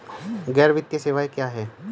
गैर वित्तीय सेवाएं क्या हैं?